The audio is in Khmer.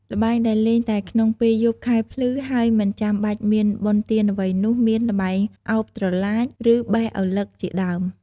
ល្បែងដែលលេងតែក្នុងពេលយប់ខែភ្លឺ ហើយមិនចាំបាច់មាន បុណ្យទានអ្វីនោះ មាន ល្បែងឱបត្រឡាច ឬ បេះឪឡឹក ជាដើម ។